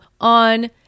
on